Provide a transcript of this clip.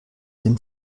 dem